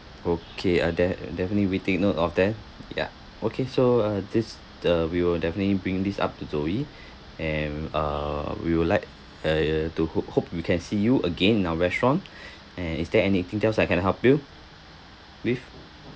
okay uh de~ definitely will take note of that yeah okay so uh this uh we will definitely bring this up to zoe and uh we will like uh to ho~ hope we can see you again in our restaurant and is there anything else I can help you with